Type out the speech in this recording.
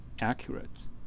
accurate